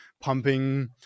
pumping